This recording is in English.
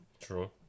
True